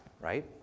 right